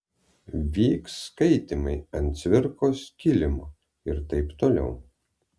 vyks skaitymai ant cvirkos kilimo ir taip toliau